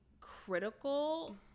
critical